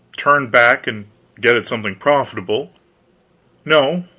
turn back and get at something profitable no,